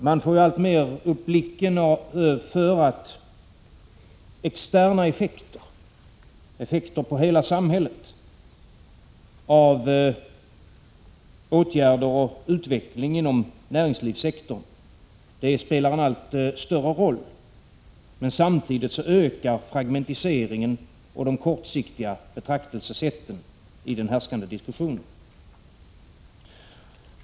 Man får alltmer upp blicken för att externa effekter, effekter på hela samhället, av åtgärder och utveckling inom näringslivssektorn spelar en allt större roll, men samtidigt ökar fragmentiseringen och de kortsiktiga betraktelsesätten i den härskande diskussionen.